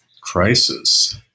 crisis